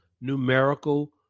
numerical